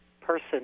person